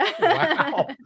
Wow